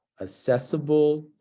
accessible